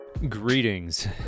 Greetings